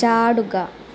ചാടുക